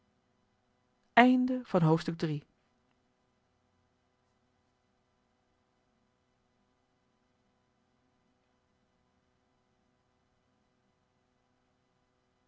zalen van het